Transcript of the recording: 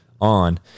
on